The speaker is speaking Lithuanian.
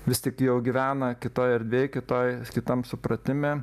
vis tik jau gyvena kitoj erdvėj kitoj kitam supratime